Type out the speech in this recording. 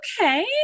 okay